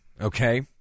okay